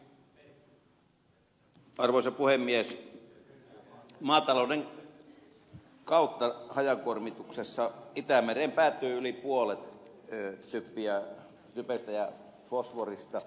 maatalouden kautta hajakuormituksessa itämereen päätyy yli puolet typestä ja fosforista